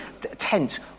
tent